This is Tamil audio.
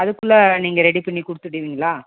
அதுக்குள்ளே நீங்கள் ரெடி பண்ணி கொடுத்துடுவீங்களா